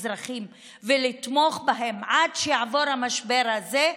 האזרחים ולתמוך בהם עד שיעבור המשבר הזה,